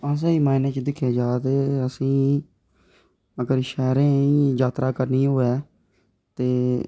ते स्हेई मायने च दिक्खेआ जा ते असेंगी अगर शैह्रें ई जात्तरा करनी होऐ ते